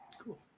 Cool